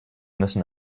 müssen